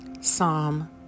Psalm